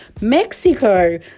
Mexico